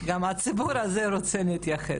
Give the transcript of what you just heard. גם הציבור הזה רוצה להתייחס.